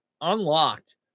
unlocked